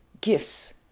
gifts